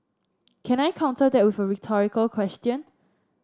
can I counter that with a rhetorical question